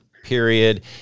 period